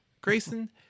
Grayson